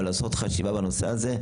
אבל לעשות חשיבה בנושא הזה.